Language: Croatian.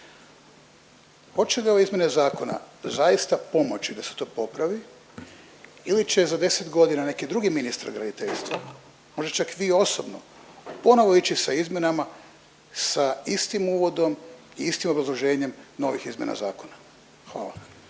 Hoće li ove izmjene zakona zaista pomoći da se to popravi ili će za 10 godina neki drugi ministar graditeljstva možda čak vi osobno ponovo ići sa izmjenama sa istim uvodom i istim obrazloženjem novih izmjena zakona? Hvala.